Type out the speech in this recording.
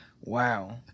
Wow